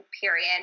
period